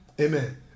Amen